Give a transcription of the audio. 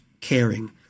caring